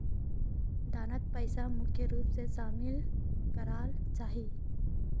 दानोत पैसा मुख्य रूप से शामिल कराल जाहा